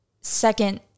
second